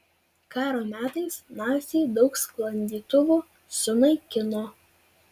karo metais naciai daug sklandytuvų sunaikino